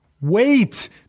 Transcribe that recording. Wait